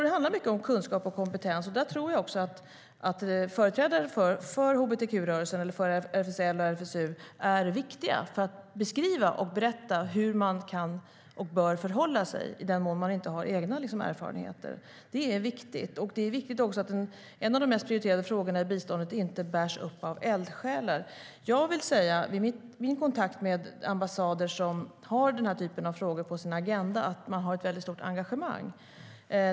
Det handlar mycket om kunskap och kompetens, och jag tror att företrädare för hbtq-rörelsen, för RFSL och för RFSU är viktiga för att beskriva och berätta hur man kan och bör förhålla sig i den mån man inte har egna erfarenheter. Det är viktigt. Det är också viktigt att en av de mest prioriterade frågorna i biståndet inte bärs upp av eldsjälar. I min kontakt med ambassader som har denna typ av frågor på sin agenda har jag sett att det finns ett stort engagemang.